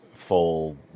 full